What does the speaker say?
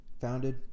founded